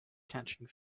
catching